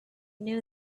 knew